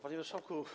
Panie Marszałku!